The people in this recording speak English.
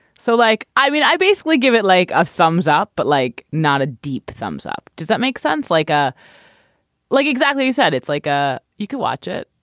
so like i mean i basically give it like a thumbs up but like not a deep thumbs up. does that make sense like a like exactly you said it's like a you can watch it.